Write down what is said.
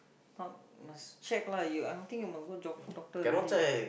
not must check lah you I think you might go jog doctor already